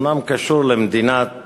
שאומנם קשור למדינת אויב,